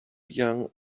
young